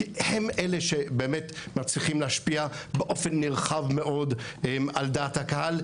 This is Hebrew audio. כי הם אלה שבאמת מצליחים להשפיע באופן נרחב מאוד על דעת הקהל,